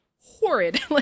horrid